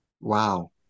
Wow